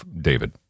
David